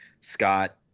Scott